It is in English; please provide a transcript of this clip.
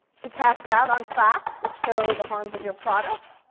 to cast doubt on facts that show the harms of your product,